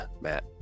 Matt